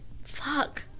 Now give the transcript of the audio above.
Fuck